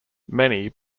many